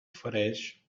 ofereix